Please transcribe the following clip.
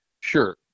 sure